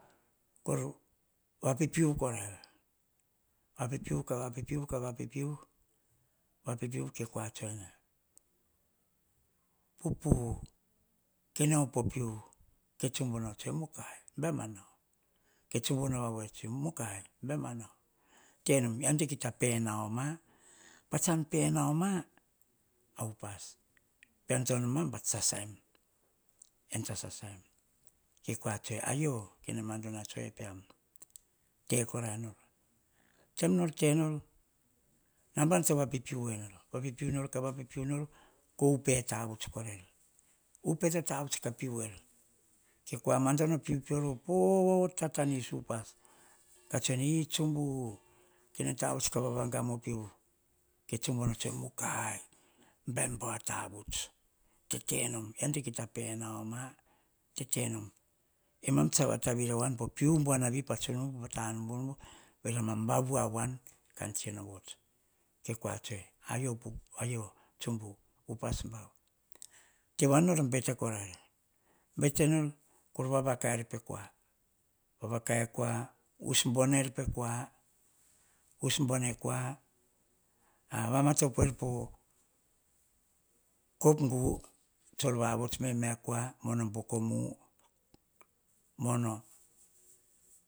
Kor va pipiuvu, korain vapipiuv, ka vapipiuv, ka vapipiuv, vapipiuv ke kua tsuene pupu kene op o piuvu ke tsubuno tsue mukai baima nao, ke tsumbuu no va wi tsue ene mukai baima nao tenom ean tokita penaoma patsan penao ma a upas. Pean to noma pats sasaim e ian tsa sasaim ke kua tsue ayio kene mandono a tsue peam tekorair nor taim nor tenor, nambana to vavapiuvu enor, va piupiu ka vapipiuv ko upe tavuts korair, upe to tavuts ka piuver ke kua mandono a piuvu peor vo pe tatanis upas ke kua tsuene tsumbu kene tavuts ka vavangam o piuvu ketsumbu tsuene mukai baim bau a tavuts tenom yian to kita penao ma tetenom emam tsa vataviri a wan popiuvu buanavi pa ta numbunumbu varemam vavu a wan kan tsio vots ke kua tsue ayio tsumbu upas bau tewanaveni nor bete korair botenor kor vavakai er pe kua, vavakia ekua, us buanair po kua, us buane kua a vamap topoer po kop gu tsor vavots me kua mo boko mu mono